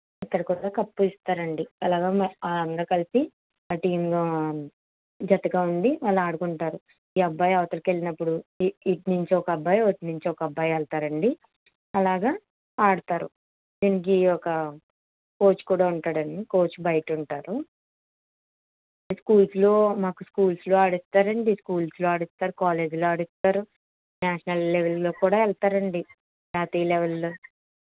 ఇక్కడ కూడా కప్పు ఇస్తారు అండి ఎలాగో మరి అంతా కలిపి టీంగా ఒక జట్టుగా ఉండి వాళ్ళు ఆడుకుంటారు ఈ అబ్బాయి అవతలకి వెళ్ళినప్పుడు ఇ ఇటు నుంచి ఒక అబ్బాయి అటు నుంచి ఒక అబ్బాయి వెళ్తారండి అలాగ ఆడతారు దీనికి ఒక కోచ్ కూడా ఉంటారు అండి కోచ్ బయట ఉంటారు స్కూల్స్లో మాకు స్కూల్స్లో ఆడిస్తారండి స్కూల్స్లో ఆడిస్తారు కాలేజీలో ఆడిస్తారు నేషనల్ లెవెల్లో కూడా వెళ్తారండి జాతీయ లెవెల్లో